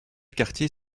quartier